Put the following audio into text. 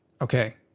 Okay